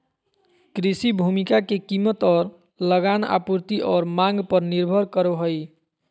कृषि भूमि के कीमत और लगान आपूर्ति और मांग पर निर्भर करो हइ